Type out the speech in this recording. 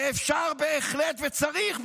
ואפשר בהחלט וצריך בהחלט,